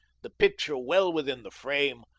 the picture well within the frame,